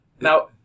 Now